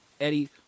Eddie